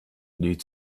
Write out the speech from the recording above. die